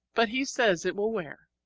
but he says it will wear.